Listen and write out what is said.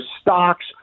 stocks